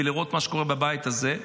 לראות מה שקורה בבית הזה,